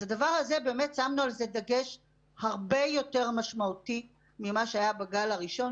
אז על הדבר באמת שמנו דגש הרבה יותר משמעותי ממה שהיה בגל הראשון,